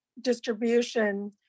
distribution